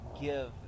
give